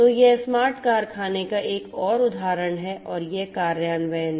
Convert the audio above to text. तो यह स्मार्ट कारखाने का एक और उदाहरण है और यह कार्यान्वयन है